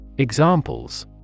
Examples